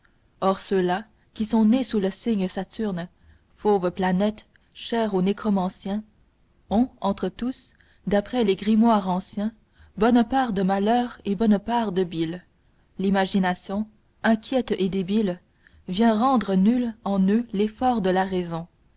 or ceux-là qui sont nés sous le signe saturne fauve planète chère aux nécromanciens ont entre tous d'après les grimoires anciens bonne part de malheur et bonne part de bile l'imagination inquiète et débile vient rendre nul en eux l'effort de la raison